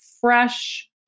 Fresh